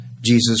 Jesus